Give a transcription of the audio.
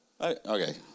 Okay